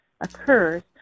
occurs